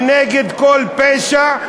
ונגד כל פשע,